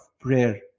prayer